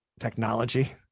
technology